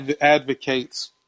advocate's